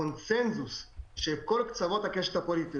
בקונצנזוס של כל קצוות הקשת הפוליטית.